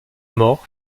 mort